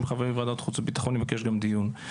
שהם חברים בוועדת החוץ והביטחון יבקש דיון.